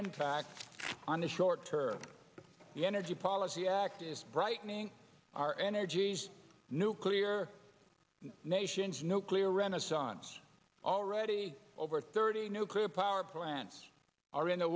impact on the short term the energy policy act is brightening our energies nuclear nations nuclear renaissance already over thirty nuclear power plants are in the